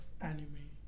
anime